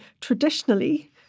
traditionally